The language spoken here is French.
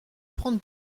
prendre